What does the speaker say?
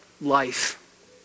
life